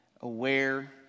aware